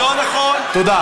לא נכון, לא נכון, לא נכון.